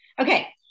Okay